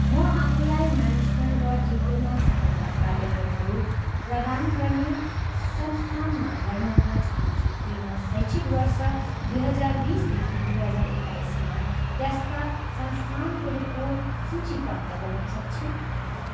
म आफूलाई म्यानेजमेन्टमा डिप्लोमा स्तरका कार्यक्रमहरू प्रदान गर्ने संस्थानमा भर्ना हुन चाहन्छु के म शैक्षिक वर्ष दुई हजार बिसदेखि दुई हजार एक्काइसमा त्यस्ता संस्थानहरूको सूची प्राप्त गर्न सक्छु